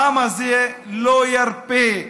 העם הזה לא ירפה.